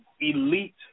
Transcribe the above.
elite